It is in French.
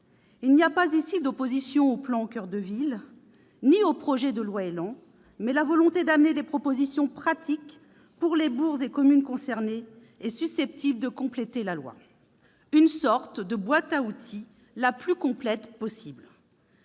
Il n'y a pas ici d'opposition au plan « Action coeur de ville » ou au projet de loi ÉLAN, mais la volonté d'apporter des propositions pratiques pour les bourgs et les communes concernés susceptibles de compléter la loi, une sorte de boîte à outils la plus complète possible.